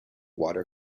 water